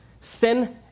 sin